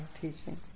teaching